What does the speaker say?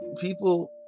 people –